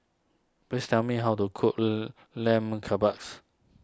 please tell me how to cook lam Lamb Kebabs